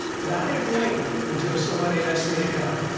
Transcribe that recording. but i didn't wait until somebody asked me to come.